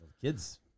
kids